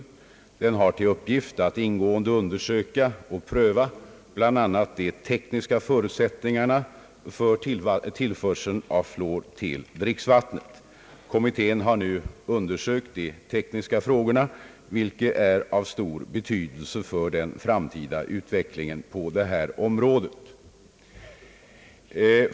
Kommittén har till uppgift att ingående undersöka och pröva bl.a. de tekniska förutsättningarna för tillförsel av fluor till dricksvattnet. Kommittén har nu undersökt de tekniska frågorna, vilka är av stor betydelse för den framtida utvecklingen på detta område.